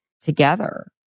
together